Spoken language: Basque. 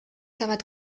bat